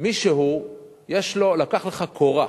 מישהו לקח לך קורה,